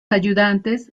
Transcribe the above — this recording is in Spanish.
ayudantes